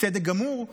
בצדק גמור,